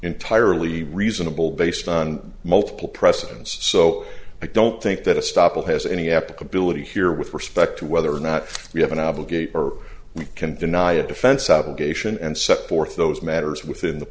entirely reasonable based on multiple precedents so i don't think that a stopper has any applicability here with respect to whether or not we have an obligate or we can deny a defense obligation and set forth those matters within the